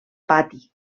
pati